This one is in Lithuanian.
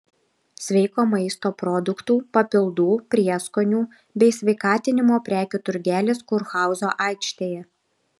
sveiko maisto produktų papildų prieskonių bei sveikatinimo prekių turgelis kurhauzo aikštėje